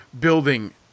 building